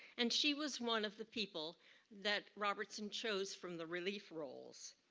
and she was one of the people that robertson chose from the relief rolls.